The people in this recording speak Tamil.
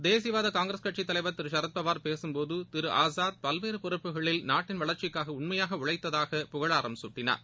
தேசியவாதகாங்கிரஸ் கட்சித் தலைவர் திருசரத்பவர் பேசும்போது திருஆஸாத் பல்வேறபொறப்புகளில் நாட்டின் வளர்ச்சிக்காகஉண்மையாகஉழைத்ததாகஅவர் புகழாரம் சூட்டினார்